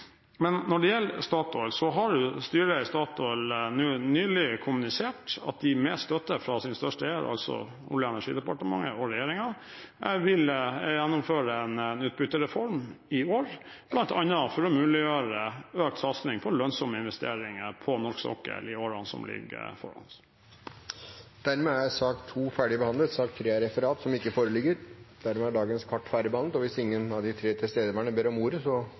støtte fra sin største eier, altså Olje- og energidepartementet og regjeringen – vil gjennomføre en utbyttereform i år, bl.a. for å muliggjøre økt satsing på lønnsomme investeringer på norsk sokkel i årene som ligger foran oss. Da er sak nr. 2 ferdigbehandlet. Det foreligger ikke noe referat. Dermed er dagens kart ferdigbehandlet, og hvis ingen av de tre tilstedeværende ber om ordet,